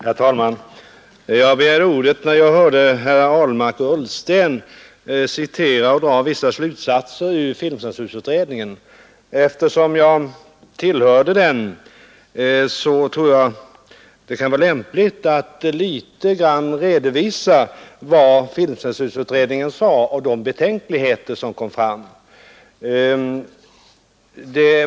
Herr talman! Jag begärde ordet när jag hörde herrar Ahlmark och Ullsten citera och dra vissa slutsatser ur filmcensurutredningens betänkande. Eftersom jag tillhörde filmcensurutredningen, tror jag att det kan vara lämpligt att något redovisa vad utredningen sade och de betänkligheter som framfördes.